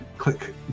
click